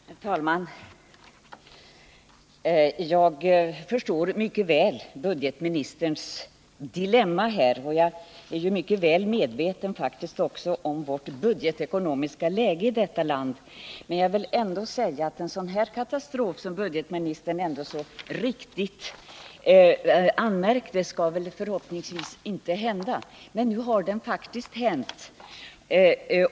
Herr talman! Jag förstår mycket väl budgetministerns dilemma, och jag är också väl medveten om det ekonomiska läget i vårt land. Som budgetministern så riktigt anmärkte skall en katastrof av detta slag inte inträffa, men nu har den gjort det.